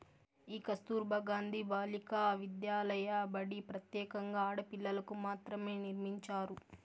ఈ కస్తుర్బా గాంధీ బాలికా విద్యాలయ బడి ప్రత్యేకంగా ఆడపిల్లలకు మాత్రమే నిర్మించారు